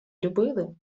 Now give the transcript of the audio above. любили